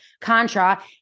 Contra